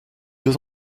deux